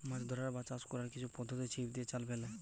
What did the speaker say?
মাছ ধরার বা চাষ কোরার কিছু পদ্ধোতি ছিপ দিয়ে, জাল ফেলে